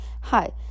Hi